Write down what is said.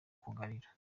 kugarira